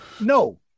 no